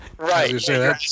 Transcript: Right